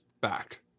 back